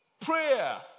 Prayer